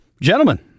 Gentlemen